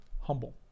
humble